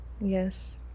Yes